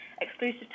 exclusive